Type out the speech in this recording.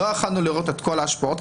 לא יכולנו לראות את כל ההשפעות,